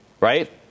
Right